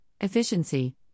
Efficiency